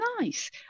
Nice